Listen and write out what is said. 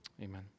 Amen